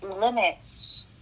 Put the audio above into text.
limits